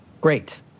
Great